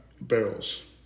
barrels